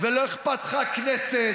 ולא אכפת לך הכנסת,